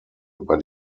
über